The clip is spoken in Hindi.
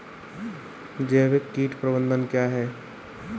जैविक कीट प्रबंधन क्या है?